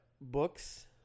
books